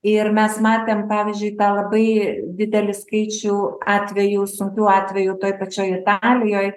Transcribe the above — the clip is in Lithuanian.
ir mes matėm pavyzdžiui tą labai didelį skaičių atvejų sunkių atvejų toj pačioj italijoj